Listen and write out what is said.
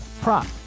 prop